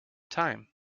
time